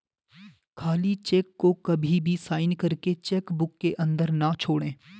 खाली चेक को कभी भी साइन करके चेक बुक के अंदर न छोड़े